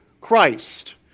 Christ